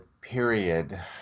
period